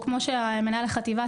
כמו שציין מנהל החטיבה,